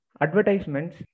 advertisements